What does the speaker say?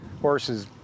horses